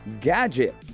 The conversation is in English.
gadget